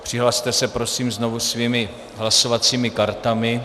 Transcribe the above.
Přihlaste se prosím znovu svými hlasovacími kartami.